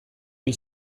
hil